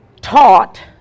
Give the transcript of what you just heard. taught